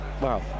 Wow